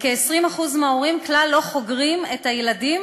וכ-20% מההורים כלל לא חוגרים את הילדים